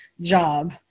job